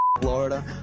Florida